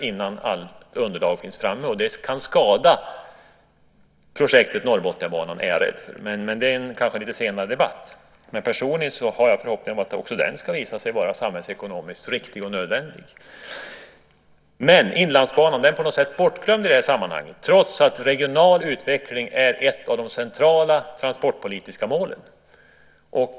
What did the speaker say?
Jag är rädd för att det kan skada projektet Norrbotniabanan, men det är kanske en lite senare debatt. Personligen har jag dock den förhoppningen att också den ska visa sig vara samhällsekonomiskt riktig och nödvändig. Inlandsbanan är på något sätt bortglömd i det här sammanhanget, trots att regional utveckling är ett av de centrala transportpolitiska målen.